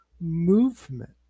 movement